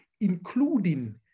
including